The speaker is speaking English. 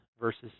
versus